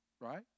right